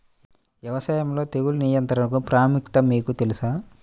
వ్యవసాయంలో తెగుళ్ల నియంత్రణ ప్రాముఖ్యత మీకు తెలుసా?